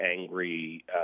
angry